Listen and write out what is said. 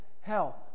hell